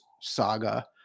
saga